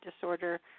disorder